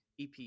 ep